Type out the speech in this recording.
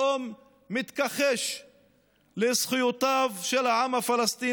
חברה שבה יש שוויון זכויות מלא לתושבים הלא-יהודים,